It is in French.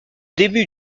début